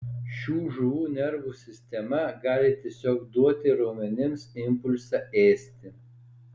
šių žuvų nervų sistema gali tiesiog duoti raumenims impulsą ėsti